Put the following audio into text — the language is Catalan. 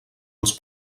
els